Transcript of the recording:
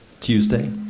Tuesday